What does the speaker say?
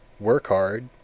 work hard,